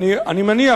אני מניח,